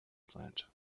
plant